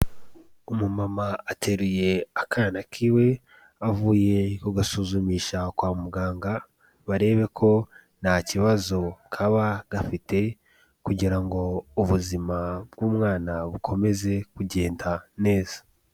Umumama ateruye akana kiwe, avuye kugasuzumisha kwa muganga, barebe ko nta kibazo kaba gafite, kugira ngo ubuzima bw'umwana bukomeze kugenda neza.